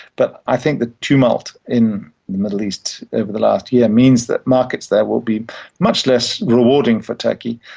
but i think the tumult in the middle east over the last year means that markets there will be much less rewarding for turkey.